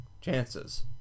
chances